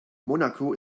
monaco